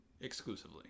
exclusively